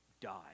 die